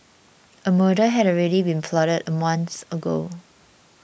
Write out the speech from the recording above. a murder had already been plotted a month ago